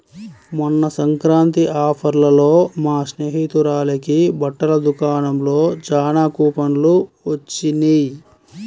మొన్న సంక్రాంతి ఆఫర్లలో మా స్నేహితురాలకి బట్టల దుకాణంలో చానా కూపన్లు వొచ్చినియ్